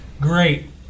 Great